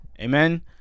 Amen